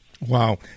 Wow